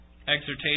Exhortation